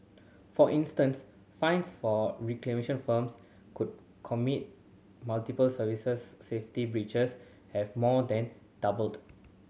for instance fines for recalcitrant firms could commit multiple serious safety breaches have more than doubled